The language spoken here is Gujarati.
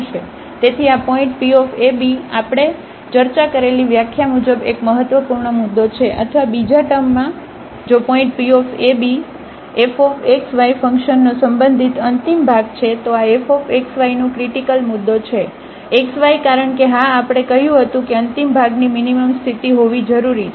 તેથી આ પોઇન્ટ Pab એ આપણે ચર્ચા કરેલી વ્યાખ્યા મુજબ એક મહત્વપૂર્ણ મુદ્દો છે અથવા બીજા ટર્મોમાં જો point P a b fxy ફંક્શનનો સંબંધિત અંતિમ ભાગ છે તો આ fxyનો ક્રિટીકલ મુદ્દો છે x y કારણ કે હા આપણે કહ્યું હતું કે અંતિમ ભાગની મીનીમમસ્થિતિ હોવી જરૂરી છે